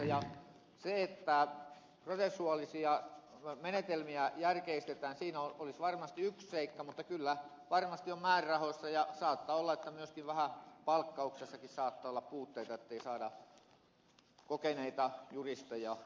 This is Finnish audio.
se että prosessuaalisia menetelmiä järkeistetään olisi varmasti yksi seikka mutta kyllä varmasti on määrärahoissa ja saattaa olla että vähän myöskin palkkauksessa puutteita ettei saada kokeneita juristeja tuomioistuimiin